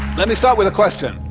let me start with a question.